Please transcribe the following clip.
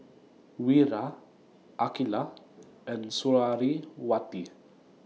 Wira Aqilah and Suriawati